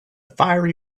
fiery